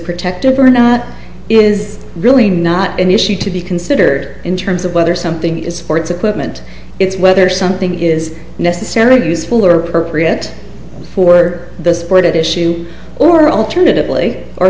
protective or not is really not an issue to be considered in terms of whether something is sports equipment it's whether something is necessary to useful or appropriate for the sport at issue or a turn